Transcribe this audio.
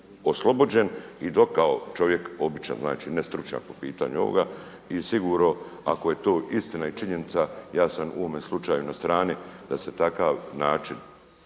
oslobođen i kao čovjek običan, znači ne stručnjak po pitanju ovoga. I sigurno ako je to istina i činjenica ja sam u ovome slučaju na strani da se takav način